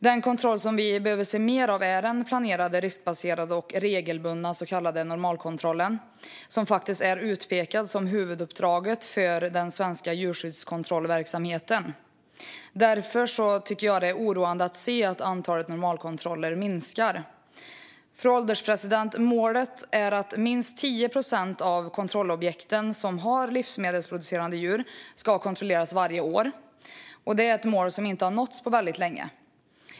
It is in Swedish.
Den kontroll som vi behöver se mer av är den planerade, riskbaserade och regelbundna så kallade normalkontrollen, som faktiskt är utpekad som huvuduppdraget för den svenska djurskyddskontrollverksamheten. Därför tycker jag att det är oroande att se att antalet normalkontroller minskar. Fru ålderspresident! Målet är att minst 10 procent av kontrollobjekten som har livsmedelsproducerande djur ska kontrolleras varje år. Det är ett mål som inte har nåtts på väldigt länge.